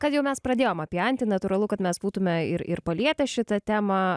kad jau mes pradėjom apie antį natūralu kad mes būtume ir ir palietę šitą temą